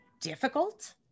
difficult